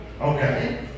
Okay